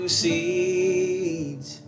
seeds